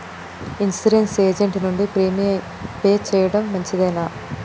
Insurance agent నుండి premium pay చేయడం మంచిదేనా?